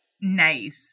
Nice